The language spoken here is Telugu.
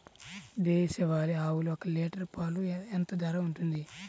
దేశవాలి ఆవులు ఒక్క లీటర్ పాలు ఎంత ధర ఉంటుంది?